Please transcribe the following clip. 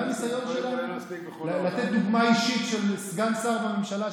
להגדיל את כמות המוצרים ואת מספר היבואנים,